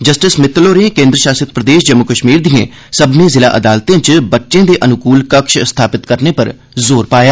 justice Mittal होरें केन्द्र शासित प्रदेश जम्मू कश्मीर दिए सब्मनें जिला अदालतें च बच्चें दे अनुकूल कक्ष स्थापित करने पर जोर पाया